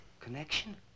Connection